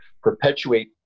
perpetuate